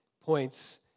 points